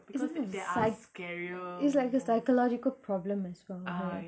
isn't it psych it's like a psychological problem as well right